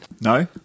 No